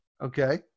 Okay